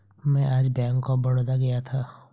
मैं आज bank of Baroda गया था